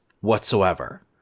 whatsoever